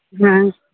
ᱦᱮᱸ